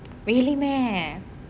really meh